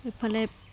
ইফালে